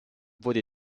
wurde